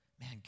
Man